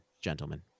gentlemen